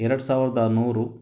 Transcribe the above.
ಎರಡು ಸಾವಿರದ ನೂರು